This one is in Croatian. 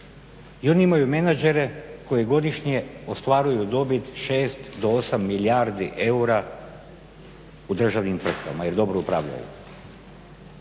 I oni imaju menadžere koji godišnje ostvaruju dobit 6 do 8 milijardi eura u državnim tvrtkama jer dobro upravljaju.